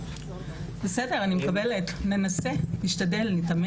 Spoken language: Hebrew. בסדר, אני מקבלת, ננסה, נשתדל, נתאמץ.